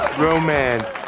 Romance